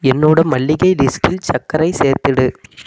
என்னோடய மளிகை லிஸ்ட்டில் சர்க்கரை சேர்த்துவிடு